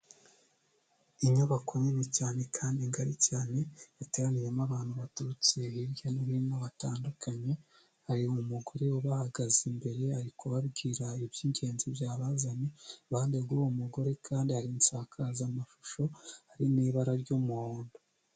Inyubako nini cyane kandi ngari cyane yateraniyemo abantu baturutse hirya no hino batandukanye hari umugore ubahagaze imbere ari kubababwira iby'ingenzi byabazanye iruhande rw'uwo mugore kandi hari isakazamashusho ari n'ibara ry'umuhondo.